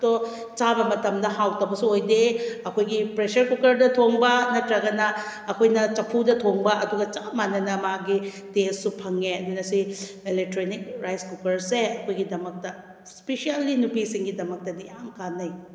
ꯇꯣ ꯆꯥꯕ ꯃꯇꯝꯗ ꯍꯥꯎꯇꯕꯁꯨ ꯑꯣꯏꯗꯦ ꯑꯩꯈꯣꯏꯒꯤ ꯄ꯭ꯔꯦꯁꯔ ꯀꯨꯀꯔꯗ ꯊꯣꯡꯕ ꯅꯠꯇ꯭ꯔꯥꯒꯅ ꯑꯩꯈꯣꯏꯅ ꯆꯐꯨꯗ ꯊꯣꯡꯕ ꯑꯗꯨꯒ ꯆꯞ ꯃꯥꯟꯅꯅ ꯃꯥꯒꯤ ꯇꯦꯁꯠꯁꯨ ꯐꯪꯉꯦ ꯑꯗꯨꯅ ꯑꯁꯤ ꯑꯦꯂꯦꯛꯇ꯭ꯔꯣꯏꯅꯤꯛ ꯔꯥꯏꯁ ꯀꯨꯀꯔꯁꯦ ꯑꯩꯈꯣꯏꯒꯤꯗꯃꯛꯇ ꯁ꯭ꯄꯤꯁꯦꯜꯂꯤ ꯅꯨꯄꯤꯁꯤꯡꯒꯤꯗꯃꯛꯇꯗꯤ ꯌꯥꯝꯅ ꯀꯥꯟꯅꯩ